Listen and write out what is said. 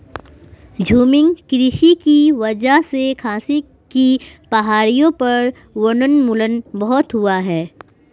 झूमिंग कृषि की वजह से खासी की पहाड़ियों पर वनोन्मूलन बहुत हुआ है